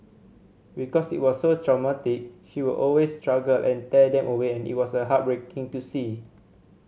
because it was so traumatic she would always struggle and tear them away and it was heartbreaking to see